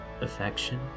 affection